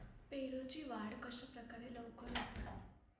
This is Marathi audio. पेरूची वाढ कशाप्रकारे लवकर होते?